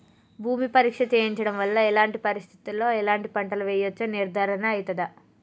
భూమి పరీక్ష చేయించడం వల్ల ఎలాంటి పరిస్థితిలో ఎలాంటి పంటలు వేయచ్చో నిర్ధారణ అయితదా?